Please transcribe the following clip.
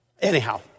Anyhow